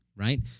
Right